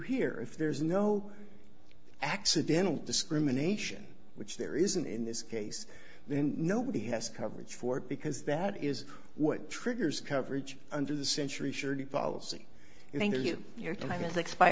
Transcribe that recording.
here if there is no accidental discrimination which there isn't in this case then nobody has coverage for it because that is what triggers coverage under the century surety policy